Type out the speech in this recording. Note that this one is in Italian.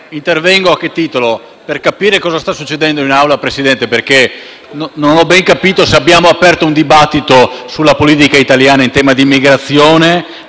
intervengo per capire cosa sta succedendo in Assemblea, perché non ho ben capito se abbiamo aperto un dibattito sulla politica italiana in tema di immigrazione,